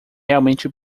realmente